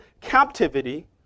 captivity